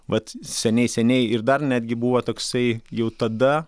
mat seniai seniai ir dar netgi buvo toksai jau tada